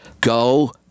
go